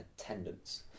attendance